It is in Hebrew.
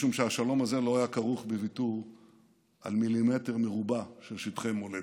משום שהשלום הזה לא היה כרוך בוויתור על מילימטר מרובע של שטחי מולדת.